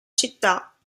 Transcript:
città